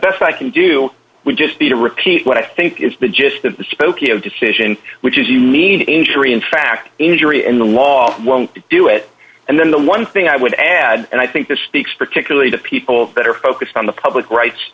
best i can do we just need to repeat what i think is the gist of spokeo decision which is you need injury in fact injury in the law won't do it and then the one thing i would add and i think this speaks particularly to people that are focused on the public rights